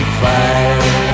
fire